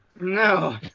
No